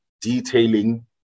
detailing